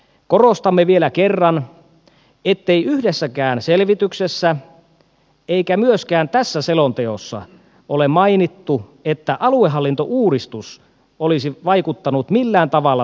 korostamme vielä kerran ettei yhdessäkään selvityksessä eikä myöskään tässä selonteossa ole mainittu että aluehallintouudistus olisi vaikuttanut millään tavalla tapahtuneeseen